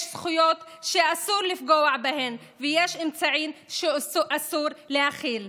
יש זכויות שאסור לפגוע בהן ויש אמצעים שאסור להכיל.